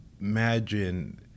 imagine –